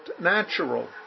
natural